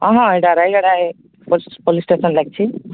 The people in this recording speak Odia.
ହଁ ହଁ ଏଇଟା ରାୟଗଡ଼ା ପୋଲି ପୋଲିସ୍ ଷ୍ଟେସନ୍କୁ ଲାଗିଛି